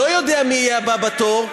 אני לא יודע מי יהיה הבא בתור,